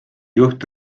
juht